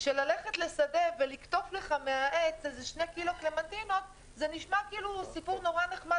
שללכת לשדה ולקטוף לך מהעץ שני קילו קלמנטינות זה נשמע סיפור נורא נחמד,